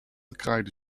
kraaide